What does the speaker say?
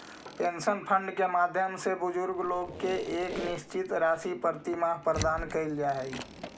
pension fund के माध्यम से बुजुर्ग लोग के एक निश्चित राशि प्रतिमाह प्रदान कैल जा हई